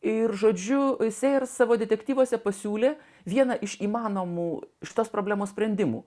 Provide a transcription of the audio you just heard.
ir žodžiu jisai ir savo detektyvuose pasiūlė vieną iš įmanomų iš tos problemos sprendimų